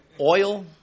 Oil